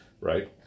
Right